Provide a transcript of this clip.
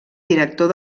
director